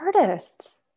artists